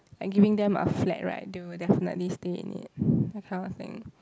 by giving them a flat right they will definitely stay in it that kind of thing